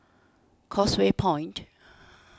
Causeway Point